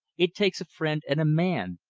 it takes a friend and a man,